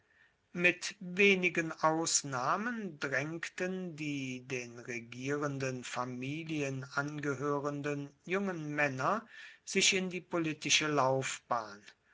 mit wenigen ausnahmen drängten die den regierenden familien angehörenden jungen männer sich in die politische laufbahn